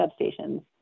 substations